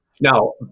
Now